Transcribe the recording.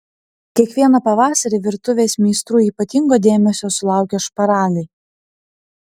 kiekvieną pavasarį virtuvės meistrų ypatingo dėmesio sulaukia šparagai